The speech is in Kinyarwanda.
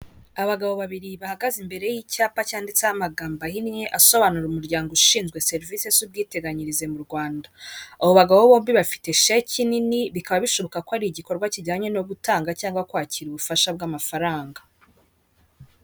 Abagabo babiri bahagaze imbere y'icyapa cyanditseho amagambo ahinye asobanura umuryango ushinzwe serivisi z'ubwiteganyirize mu Rwanda abo bagabo bombi bafite sheki nini bikaba bishoboka ko ari igikorwa kijyanye no gutanga cyangwa kwakira ubufasha bw'amafaranga .